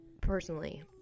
personally